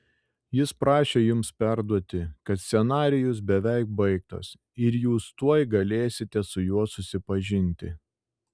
jis prašė jums perduoti kad scenarijus beveik baigtas ir jūs tuoj galėsite su juo susipažinti